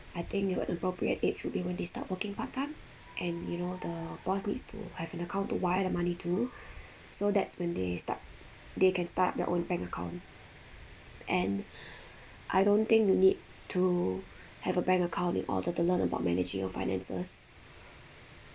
I think what an appropriate age would be when they start working part-time and you know the boss needs to have an account to wire the money to so that's when they start they can start up their own bank account and I don't think you need to have a bank account in order to learn about managing your finances